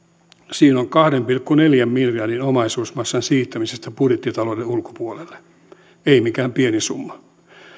siinä on kyse kahden pilkku neljän miljardin omaisuusmassan siirtämisestä budjettitalouden ulkopuolelle ei mikään pieni summa